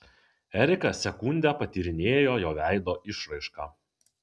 erika sekundę patyrinėjo jo veido išraišką